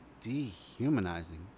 dehumanizing